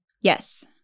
Yes